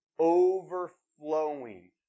overflowing